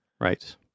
Right